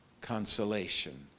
consolation